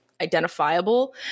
identifiable